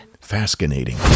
Fascinating